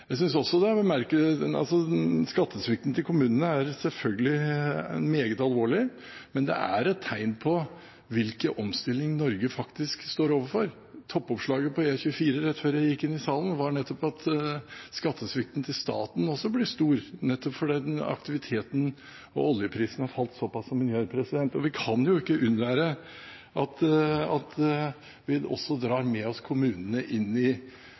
jeg er helt sikker på også vil legge seg mer i selen for å skape det framtidige næringslivet som vi alle er avhengige av. Her trenger vi å dra i lag, kommunene og staten sammen. Skattesvikten til kommunene er selvfølgelig meget alvorlig, men det er et tegn på hvilken omstilling Norge faktisk står overfor. Toppoppslaget på E24 rett før jeg gikk inn i salen, var nettopp at skattesvikten til staten også blir stor, nettopp fordi aktiviteten og oljeprisen har falt såpass som